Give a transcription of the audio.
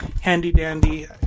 handy-dandy